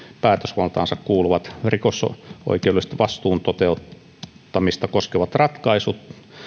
päätösvaltaansa kuuluvat rikosoikeudellisen vastuun toteuttamista koskevat ratkaisut